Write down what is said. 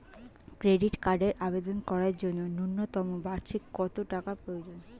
Credit কার্ডের আবেদন করার জন্য ন্যূনতম বার্ষিক কত টাকা প্রয়োজন?